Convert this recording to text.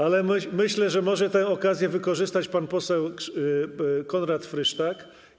Ale myślę, że może tę okazję wykorzystać pan poseł Konrad Frysztak.